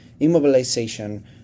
immobilization